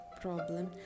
problem